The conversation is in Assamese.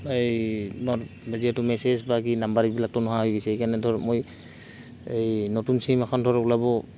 এই মোৰ যিহেতু মেছেজ বা কি নম্বৰ এইবিলাকতো নোহোৱা হৈ গৈছে সেইকাৰণে ধৰ মই এই নতুন চিম এখন ধৰ ওলাব